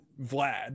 vlad